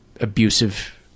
abusive